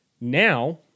Now